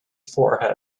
forehead